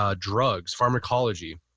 ah drugs, pharmacology.